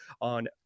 on